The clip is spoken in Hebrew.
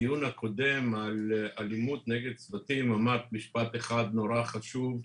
בדיון הקודם על אלימות נגד צוותים אמרת משפט אחד נורא חשוב,